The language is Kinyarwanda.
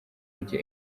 ujya